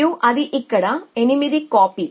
మరియు అది ఇక్కడ 8 కాపీ